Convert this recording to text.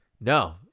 No